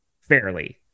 fairly